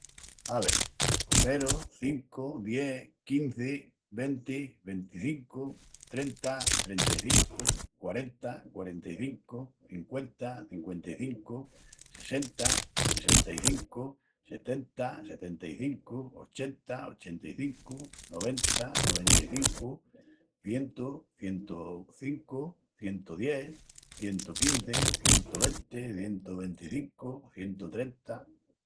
Ave… ceru, cincu, dies, quinzi, venti, venticincu, trenta, trenta-i-cincu, quarenta, quarenta-i-cincu, cinqüenta, cinqüenta-i-cincu, sessenta, sessenta-i-cincu, setenta, setenta-i-cincu, ochenta, ochenta-i-cincu, noventa, noventa-i-cincu, cientu, cientu cincu, cientu dies, cientu quinzi, cientu venti, cientu venticincu, cientu trenta...